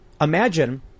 imagine